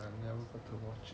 I never got to watch